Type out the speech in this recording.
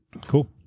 cool